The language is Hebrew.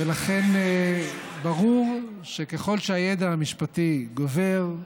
ולכן ברור שככל שהידע המשפטי גובר,